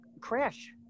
crash